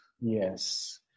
Yes